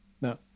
No